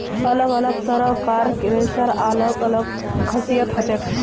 अलग अलग तरह कार रेशार अलग अलग खासियत हछेक